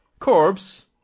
Corbs